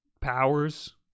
powers